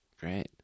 Great